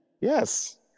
Yes